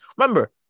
Remember